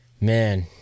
Man